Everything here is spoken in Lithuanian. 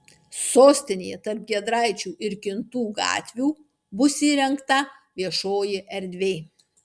sostinėje tarp giedraičių ir kintų gatvių bus įrengta viešoji erdvė